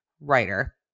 writer